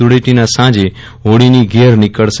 ધૂળેટીના સાંજે હોળીની ઘેર નીકળશે